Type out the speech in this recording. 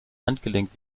handgelenk